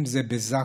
אם זה בזק"א,